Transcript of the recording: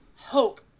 hope